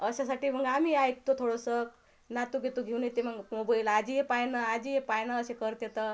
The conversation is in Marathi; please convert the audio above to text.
अशासाठी मग आम्ही ऐकतो थोडंसं नातू गितू घेऊन येते मग मोबाईल आजी हे पाय ना आजी हे पाय ना असे करते तर